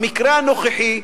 במקרה הנוכחי,